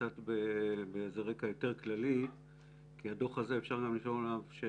קצת ברקע כללי יותר כי אפשר לשאול על הדוח הזה: